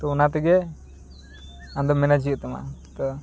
ᱛᱳ ᱚᱱᱟᱛᱮ ᱜᱮ ᱟᱢᱫᱚ ᱢᱮᱱᱮᱡᱽ ᱦᱩᱭᱩᱜ ᱛᱟᱢᱟ ᱛᱳ